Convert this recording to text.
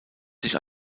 sich